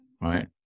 right